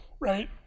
right